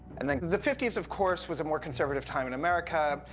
and then the fifty s, of course, was a more conservative time in america.